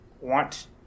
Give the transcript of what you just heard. want